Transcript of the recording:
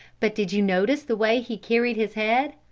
but did you notice the way he carried his head?